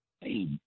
Hey